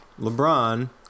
LeBron